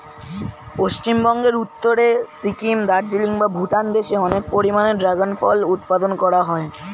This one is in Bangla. পশ্চিমবঙ্গের উত্তরে সিকিম, দার্জিলিং বা ভুটান দেশে অনেক পরিমাণে ড্রাগন ফল উৎপাদন করা হয়